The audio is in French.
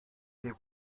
les